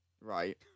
Right